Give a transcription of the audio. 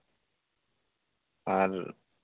ᱟᱨ